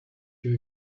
you